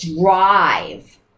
drive